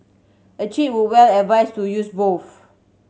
a cheat would well advise to use both